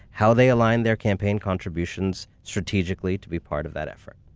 how they align their campaign contributions strategically to be part of that effort.